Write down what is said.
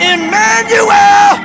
Emmanuel